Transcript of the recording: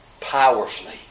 powerfully